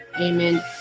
amen